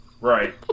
Right